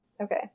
Okay